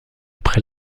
après